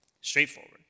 Straightforward